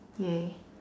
ya